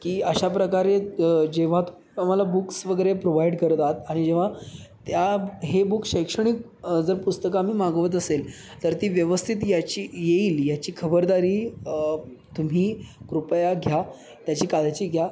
की अशा प्रकारे जेव्हा आम्हाला बुक्स वगैरे प्रोवाईड करत आहात आणि जेव्हा त्या हे बुक शैक्षणिक जर पुस्तकं आम्ही मागवत असेल तर ती व्यवस्थित याची येईल याची खबरदारी तुम्ही कृपया घ्या त्याची काळजी घ्या